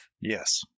Yes